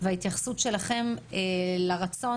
וההתייחסות שלכם לרצון